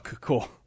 cool